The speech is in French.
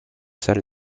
salle